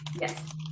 Yes